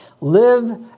Live